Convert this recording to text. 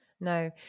No